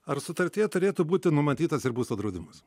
ar sutartyje turėtų būti numatytas ir būsto draudimas